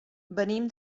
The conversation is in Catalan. venim